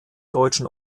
deutschen